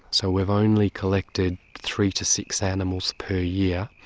so we've only collected three to six animals per year,